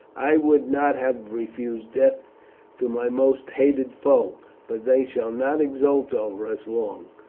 i would not have refused death to my most hated foe but they shall not exult over us long.